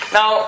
Now